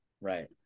Right